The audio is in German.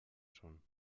schon